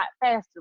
faster